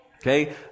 Okay